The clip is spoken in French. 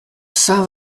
saint